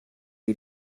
you